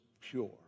pure